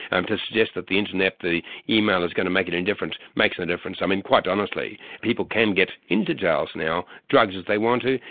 and to suggest that the internet, the email is going to make it any different, makes no difference. i mean quite honestly, people can get into jails now, drugs if they want to,